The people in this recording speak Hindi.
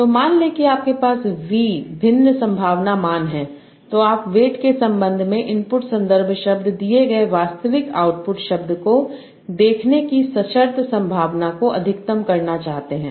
तो मान लें कि आपके पास V भिन्न संभावना मान हैं अब आप वेट के संबंध में इनपुट संदर्भ शब्द दिए गए वास्तविक आउटपुट शब्द को देखने की सशर्त संभावना को अधिकतम करना चाहते हैं